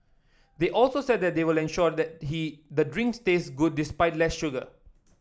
they also said that they will ensure that he the drinks tastes good despite less sugar